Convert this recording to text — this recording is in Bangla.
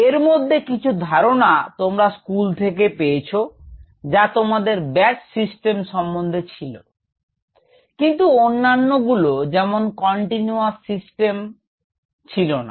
এর মধ্যে কিছু ধারনা তোমরা স্কুল থেকে পেয়েছো যা তোমাদের ব্যাচ সিস্টেম সম্বন্ধে ছিল কিন্তু অন্যান্য গুলো যেমন কন্টিনিউয়াস সিস্টেম ছিল না